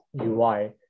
UI